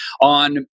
on